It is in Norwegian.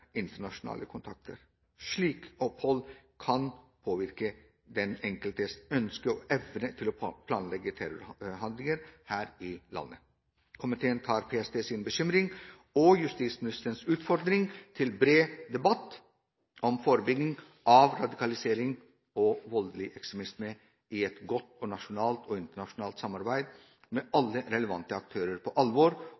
internasjonale kontakter. Slike opphold kan påvirke den enkeltes ønske og evne til å planlegge terrorhandlinger her i landet.» Videre sier komiteen: «Komiteen tar PST sin bekymring og justisministerens utfordring «til bred debatt om forebygging av radikalisering og voldelig ekstremisme» i et «godt og nasjonalt og internasjonalt samarbeid med